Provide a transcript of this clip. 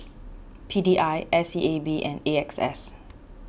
P D I S E A B and A X S